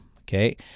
Okay